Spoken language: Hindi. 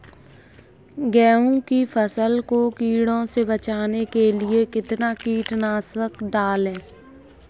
गेहूँ की फसल को कीड़ों से बचाने के लिए कितना कीटनाशक डालें?